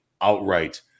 outright –